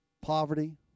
Poverty